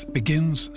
begins